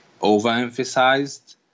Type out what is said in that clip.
overemphasized